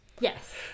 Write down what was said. yes